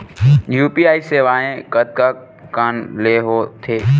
UPI सेवाएं कतका कान ले हो थे?